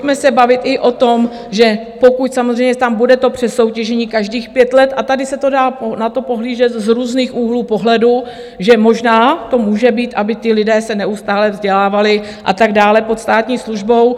Pojďme se bavit i o tom, že pokud samozřejmě tam bude to přesoutěžení každých 5 let, a tady se dá na to pohlížet z různých úhlů pohledu, že možná to může být, aby ti lidé se neustále vzdělávali a tak dále pod státní službou.